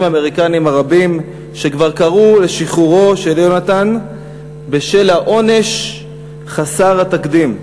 האמריקנים הרבים שכבר קראו לשחרורו של יונתן בשל העונש חסר התקדים.